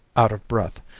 out of breath,